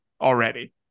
already